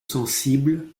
sensibles